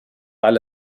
على